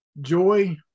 Joy